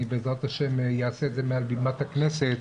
אני אעשה מעל בימת הכנסת,